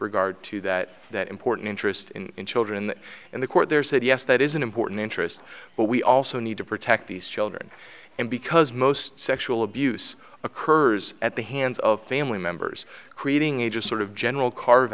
regard to that that important interest in children in the court there said yes that is an important interest but we also need to protect these children and because most sexual abuse occurs at the hands of family members creating a just sort of general carve